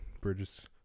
bridge's